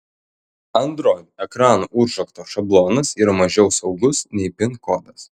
android ekrano užrakto šablonas yra mažiau saugus nei pin kodas